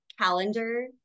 calendar